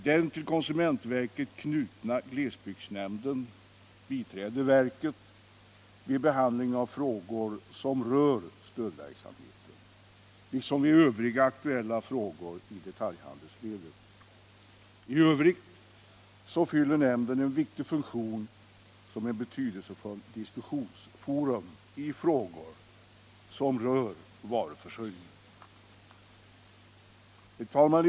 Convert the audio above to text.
Den till konsumentverket knutna glesbygdsnämnden biträder verket vid behandling av frågor som rör stödverksamheten, liksom vid övriga aktuella frågor i detaljhandelsledet. I övrigt fyller nämnden en viktig funktion som ett betydelsefullt diskussionsforum i frågor som rör varuförsörjning. Herr talman!